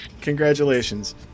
congratulations